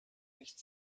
nicht